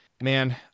man